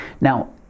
Now